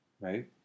Right